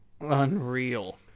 Unreal